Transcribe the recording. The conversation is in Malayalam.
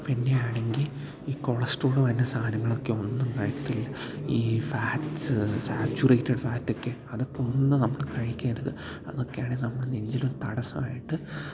പിന്നെ ആണെങ്കിൽ ഈ കൊളസ്ട്രോള് വരുന്ന സാധനങ്ങളൊക്കെ ഒന്നും കഴിക്കത്തില്ല ഈ ഫാറ്റ്സ് സാച്ചുറേറ്റഡ് ഫാറ്റൊക്കെ അതൊക്കെ ഒന്നും നമ്മൾ കഴിക്കരുത് അതൊക്കെയാണെങ്കിൽ നമ്മുടെ നെഞ്ചിൽ ഒരു തടസ്സമായിട്ട്